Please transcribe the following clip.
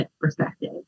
perspective